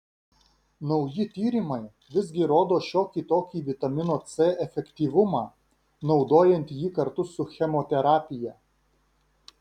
nauji tyrimai visgi rodo šiokį tokį vitamino c efektyvumą naudojant jį kartu su chemoterapija